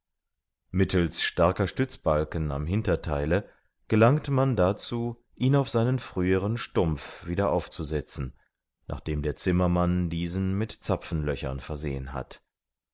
mittels starker stützbalken am hintertheile gelangt man dazu ihn auf seinen früheren stumpf wieder aufzusetzen nachdem der zimmermann diesen mit zapfenlöchern versehen hat